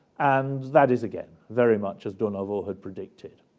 and that is, again, very much as durnovo had predicted.